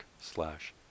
slash